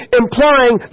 implying